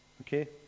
okay